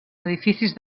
edificis